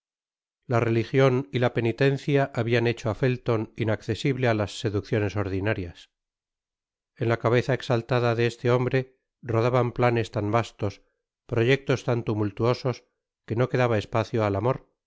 la religion y la penitencia habian hecho á felton inaccesible á las seducciones ordinarias en la cabeza exallada de este hombre rodaban planes tan vastos proyectos tan tumultuosos que no quedaba espacio al amor